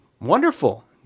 Wonderful